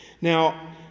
Now